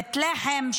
בבית לחם,